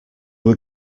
were